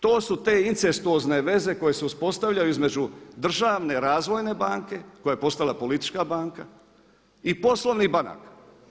To su te incestuozne veze koje se uspostavljaju između Državne razvojne banke koja je postala politička banka i poslovnih banaka.